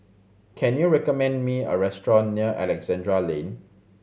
can you recommend me a restaurant near Alexandra Lane